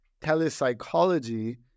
telepsychology